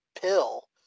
pill